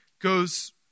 goes